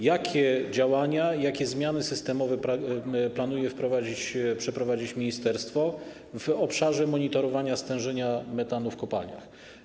Jakie działania, jakie zmiany systemowe planuje wprowadzić, przeprowadzić ministerstwo w obszarze monitorowania stężenia metanu w kopalniach?